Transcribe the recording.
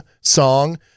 song